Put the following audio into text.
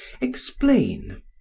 Explain